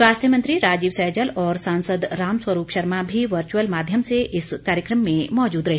स्वास्थ्य मंत्री राजीव सैजल और सांसद रामस्वरूप शर्मा भी वर्चुअल माध्यम से इस कार्यक्रम में मौजूद रहे